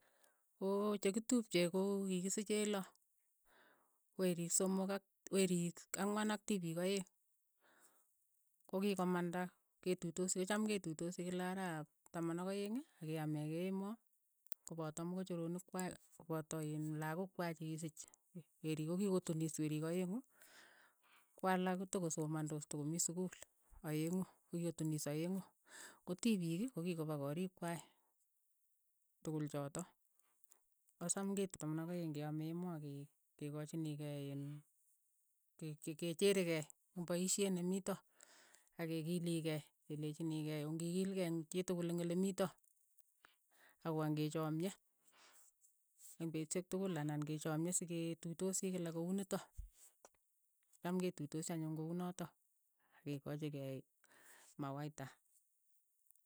Koo chekitupchei ko ki kisek loo, werik somok ak weriik ang'wan ak tipiik aeng', ko ki komanda, ketuitosi ko chaam ketuitosi kila arap taman ak aeng', ke aame kei emoo, ko pata mochokoronik kwai, kopata iin lakook kwai che kisiich, werik ko ki kotuniis werik aeng'u, ko alak ko to ko somandos, to ko mii sukul aeng'u, ko ki kotunis aeng'u, ko tipiik, ko kikopa koriik kwai tukul chotok, taman ak aeng' ke ame emoo ak ke- ke ko chinigei iin ke- ke- kecheere kei eng' paisheet ne mito, ak ke kiligei, kelechinikei ongikilkei eng' chetokol eng' ole miito, ak okany ke chamnye, eng petushek tokol ana kechomye se ke tuitosi kila ko unitok, cham ke tuitosi anyun ko unotok ak ke kochigei mawaitha.